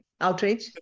Outrage